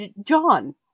John